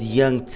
young